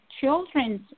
children's